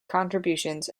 contributions